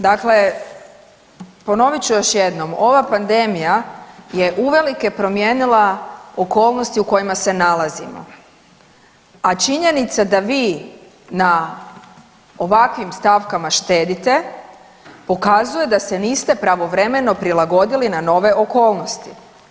Dakle, ponovit ću još jednom, ova pandemija je uvelike promijenila okolnosti u kojima se nalazimo, a činjenica da vi na ovakvim stavkama štedite pokazuju da se niste pravovremeno prilagodili na nove okolnosti.